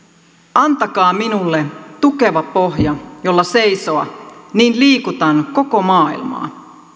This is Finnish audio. antakaa minulla tukeva pohja jolla seisoa niin liikutan koko maailmaa